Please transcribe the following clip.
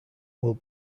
will